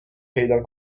پیدا